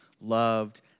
loved